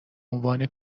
عنوان